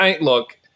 look